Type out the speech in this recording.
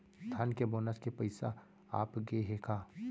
धान के बोनस के पइसा आप गे हे का?